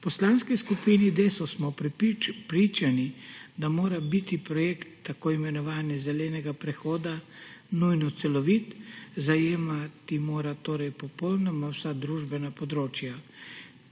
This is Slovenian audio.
V Poslanski skupini Desus smo prepričani, da mora biti projekt tako imenovanega zelenega prehoda nujno celovit, zajemati mora torej popolnoma vsa družbena področja.